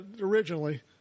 originally